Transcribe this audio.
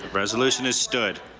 resolution is stood.